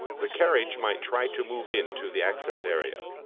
the carriage might try to move into the access area.